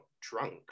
drunk